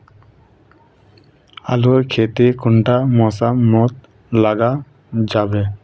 आलूर खेती कुंडा मौसम मोत लगा जाबे?